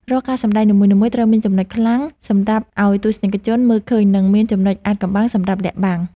រាល់ការសម្តែងនីមួយៗត្រូវមានចំណុចខ្លាំងសម្រាប់ឱ្យទស្សនិកជនមើលឃើញ និង មានចំណុចអាថ៌កំបាំងសម្រាប់លាក់បាំង។